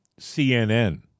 CNN